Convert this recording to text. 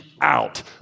out